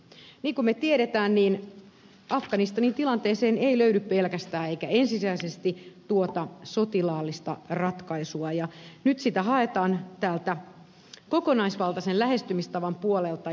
niin kuin me tiedämme afganistanin tilanteeseen ei löydy pelkästään eikä ensisijaisesti tuota sotilaallista ratkaisua ja nyt sitä haetaan tältä kokonaisvaltaisen lähestymistavan puolelta